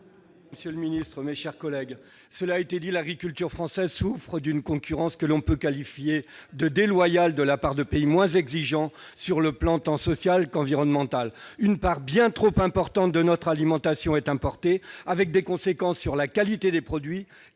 monsieur le ministre, mes chers collègues, cela a été dit, l'agriculture française souffre d'une concurrence que l'on peut qualifier de déloyale de la part de pays moins exigeants sur le plan tant social qu'environnemental. Une part bien trop importante de notre alimentation est importée, avec des conséquences sur la qualité des produits